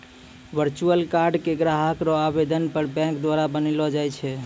virtual card के ग्राहक रो आवेदन पर बैंक द्वारा बनैलो जाय छै